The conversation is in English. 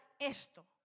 esto